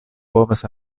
povas